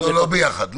--- לא ביחד.